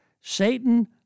Satan